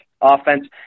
offense